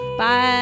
Bye